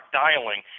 dialing